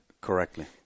Correctly